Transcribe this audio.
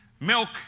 Milk